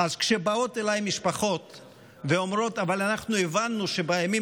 כשבאות אליי משפחות ואומרות: אבל הבנו שבימים